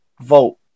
vote